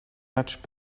much